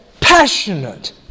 passionate